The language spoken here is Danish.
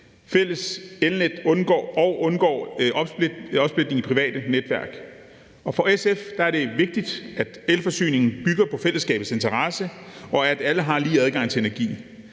fælles elnet og en undgåelse af opsplitning i private netværk. For SF er det vigtigt, at elforsyningen bygger på fællesskabets interesse, og at alle har lige adgang til energi.